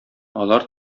алар